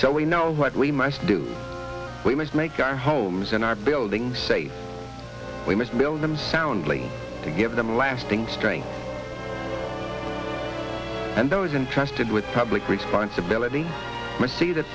so we know what we must do we must make our homes and our buildings safe we must build them soundly to give them lasting strength and those interested with public responsibility must see the